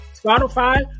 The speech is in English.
Spotify